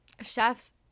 chef's